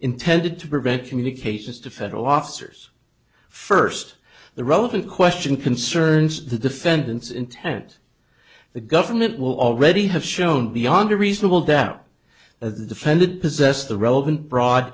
intended to prevent communications to federal officers first the relevant question concerns the defendant's intent the government will already have shown beyond a reasonable doubt that the defendant possessed the relevant broad